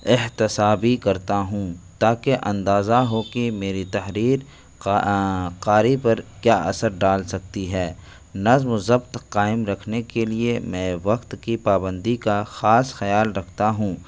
احتصابی کرتا ہوں تاکہ اندازہ ہو کہ میری تحریر قا قاری پر کیا اثر ڈال سکتی ہے نظم و ضبط قائم رکھنے کے لیے میں وقت کی پابندی کا خاص خیال رکھتا ہوں